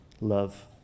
love